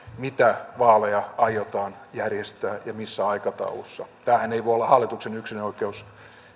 mitä vaaleja aiotaan järjestää ja missä aikataulussa tämähän ei voi olla hallituksen yksinoikeus